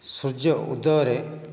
ସୂର୍ଯ୍ୟ ଉଦୟରେ